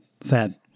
sad